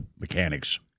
mechanics